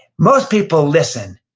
most people listen,